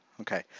Okay